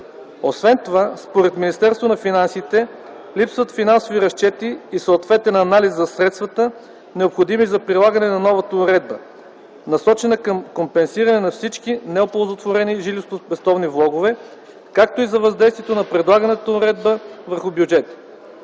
Освен това според Министерство на финансите липсват финансови разчети и съответен анализ за средствата, необходими за прилагане на новата уредба, насочена към компенсиране на всички неоползотворени жилищноспестовни влогове, както и за въздействието на предлаганата уредба върху бюджета.